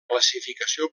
classificació